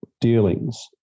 dealings